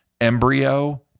embryo